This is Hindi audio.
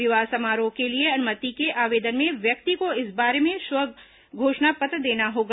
विवाह समारोह के लिए अनुमति के आवेदन में व्यक्ति को इस बारे में स्वघोषणा पत्र देना होगा